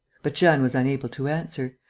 but jeanne was unable to answer.